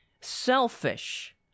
selfish